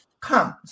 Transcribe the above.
comes